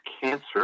cancer